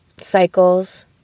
cycles